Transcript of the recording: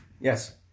Yes